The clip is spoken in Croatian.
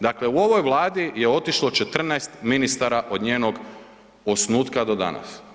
Dakle u ovoj Vladi je otišlo 14 ministara od njenog osnutka do danas.